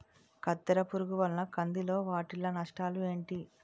కత్తెర పురుగు వల్ల కంది లో వాటిల్ల నష్టాలు ఏంటి